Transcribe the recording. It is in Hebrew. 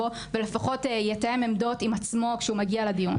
ולפחות יתאם עמדות עם עצמו כשהוא מגיע לדיון.